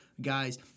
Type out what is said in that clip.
guys